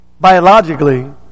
biologically